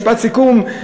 משפט סיכום,